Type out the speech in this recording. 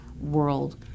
world